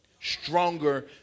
Stronger